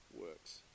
works